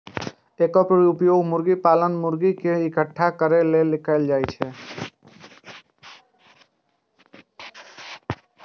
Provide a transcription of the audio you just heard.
एकर उपयोग मुर्गी पालन मे मुर्गी कें इकट्ठा करै लेल कैल जाइ छै